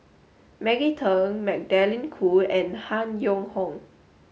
Maggie Teng Magdalene Khoo and Han Yong Hong